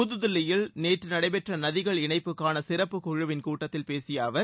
புதுதில்லியில் நேற்று நடைபெற்ற நதிகள் இணைப்புக்கான சிறப்புக்குழுவின் கூட்டத்தில் பேசிய அவர்